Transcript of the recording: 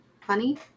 funny